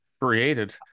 created